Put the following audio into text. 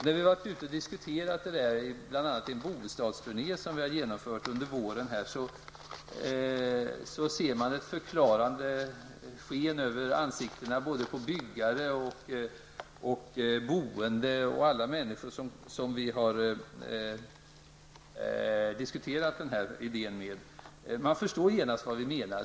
När vi har diskuterat den här idén, bl.a. under en bostadsturné som vi har genomfört under våren, ser man ett förklarat sken i ansiktet på byggare, boende och alla de människor som vi har talat med. De förstår genast vad vi menar.